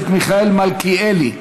מיכאל מלכיאלי: